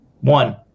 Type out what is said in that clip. One